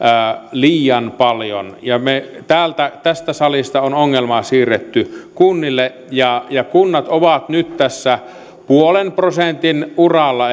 liian paljon ja tästä salista on ongelmaa siirretty kunnille kunnat ovat nyt tässä nolla pilkku viiden prosentin uralla